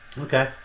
Okay